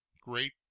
great